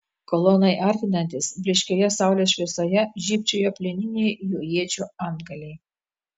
kolonai artinantis blyškioje saulės šviesoje žybčiojo plieniniai jų iečių antgaliai